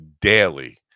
daily